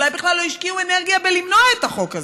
שאולי בכלל לא השקיעו אנרגיה בלמנוע את החוק הזה.